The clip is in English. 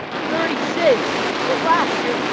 thirty six, but last year,